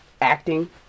acting